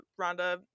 Rhonda